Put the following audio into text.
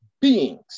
beings